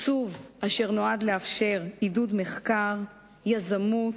תקצוב אשר נועד לאפשר עידוד מחקר, יזמות,